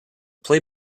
play